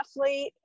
athlete